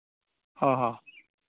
ᱦᱚᱸ